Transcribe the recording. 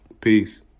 peace